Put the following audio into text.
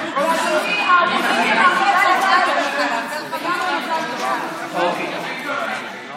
מיכל רוזין יוצאת מאולם המליאה.) יהודה גליק מהשבעה שלו.